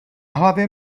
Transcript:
hlavě